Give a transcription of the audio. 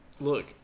Look